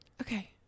Okay